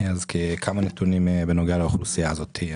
אני אתן כמה נתונים בנוגע לאוכלוסייה הזאת.